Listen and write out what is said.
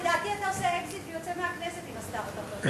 לדעתי אתה עושה אקזיט ויוצא מהכנסת עם הסטארט-אפ הזה.